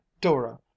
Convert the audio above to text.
dora